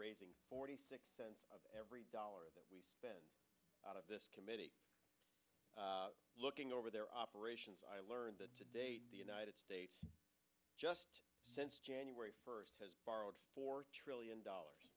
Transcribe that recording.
raising forty six cents of every dollar that we spend out of this committee looking over their operations i learned that today the united states just since january first has borrowed four trillion dollars